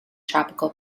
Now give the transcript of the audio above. tropical